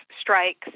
strikes